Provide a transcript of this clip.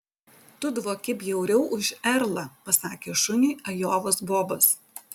tu dvoki bjauriau už erlą pasakė šuniui ajovos bobas